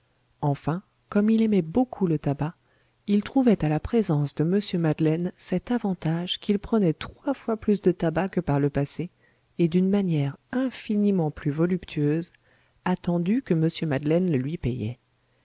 enfin comme il aimait beaucoup le tabac il trouvait à la présence de mr madeleine cet avantage qu'il prenait trois fois plus de tabac que par le passé et d'une manière infiniment plus voluptueuse attendu que mr madeleine le lui payait